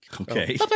okay